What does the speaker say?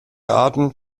arten